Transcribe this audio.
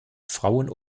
frauen